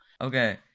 okay